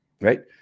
right